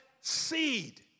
seed